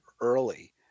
early